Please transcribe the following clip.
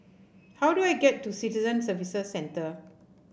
how do I get to Citizen Services Centre